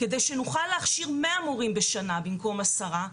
כדי שנוכל להכשיר מאה מורים בשנה במקום עשרה,